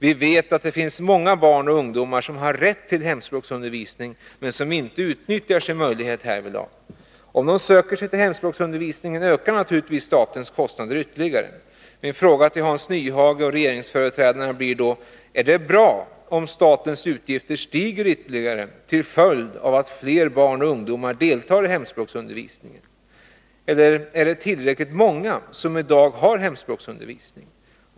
Vi vet att det finns många barn och ungdomar som har rätt till hemspråksundervisning, men som inte utnyttjar sin möjlighet härvidlag. Om de söker sig till hemspråksundervisningen, ökar naturligtvis statens kostnader. Min fråga till Hans Nyhage och regeringsföreträdarna blir då: Är det bra om statens utgifter stiger till följd av att fler barn och ungdomar deltar i hemspråksundervisningen, eller är det i dag tillräckligt många som får hemspråksundervisning?